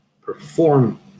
perform